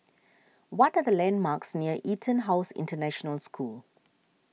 what are the landmarks near EtonHouse International School